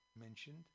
mentioned